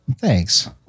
thanks